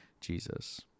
Jesus